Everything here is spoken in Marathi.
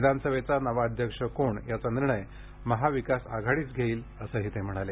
विधानसभेचा नवा अध्यक्ष कोण याचा निर्णय महाविकास आघाडीच घेईल असंही ते म्हणाले